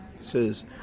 says